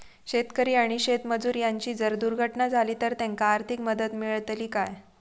शेतकरी आणि शेतमजूर यांची जर दुर्घटना झाली तर त्यांका आर्थिक मदत मिळतली काय?